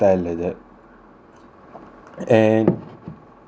and